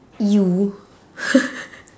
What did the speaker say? you